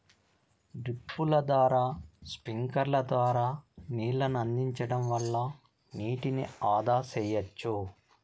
డ్రిప్పుల ద్వారా స్ప్రింక్లర్ల ద్వారా నీళ్ళను అందించడం వల్ల నీటిని ఆదా సెయ్యచ్చు